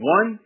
One